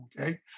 okay